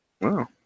Wow